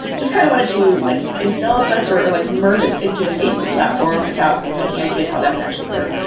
just kind of wanted to envelop us, or or like merge us into the facebook platform without any idea of how that would actually work.